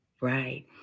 right